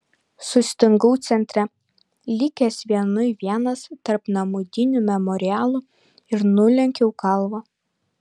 sustingau centre likęs vienui vienas tarp namudinių memorialų ir nulenkiau galvą